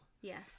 Yes